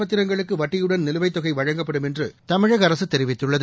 பத்திரங்களுக்கு வட்டியுடன் நிலுவைத் தொகை வழங்கப்படும் என்று கடன் தமிழக அரசு அறிவித்துள்ளது